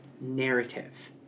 narrative